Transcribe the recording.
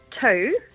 two